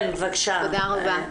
כן, בקשה.